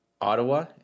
Ottawa